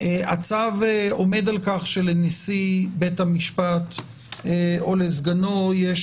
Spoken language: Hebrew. הצו עומד על כך שלנשיא בית המשפט או לסגנו יש